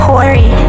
Corey